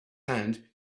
hand